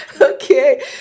okay